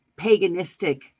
paganistic